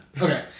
Okay